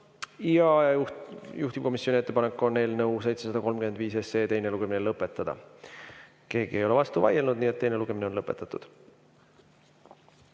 ettepanek on eelnõu 735 teine lugemine lõpetada. Keegi ei ole vastu vaielnud, nii et teine lugemine on lõpetatud.